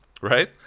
Right